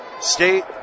state